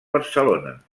barcelona